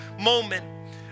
moment